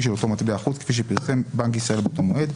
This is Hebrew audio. של אותו מטבע חוץ כפי שפרסם בנק ישראל באותו מועד,